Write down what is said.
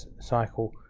cycle